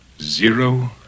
Zero